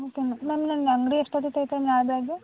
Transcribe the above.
okay madam ನನ್ನನ್ನು ಅಂಗಡಿ ಎಷ್ಟೊತ್ತಿಗೆ ತೆಗಿತೀರಾ ನಾಳೆ ಬೆಳಗ್ಗೆ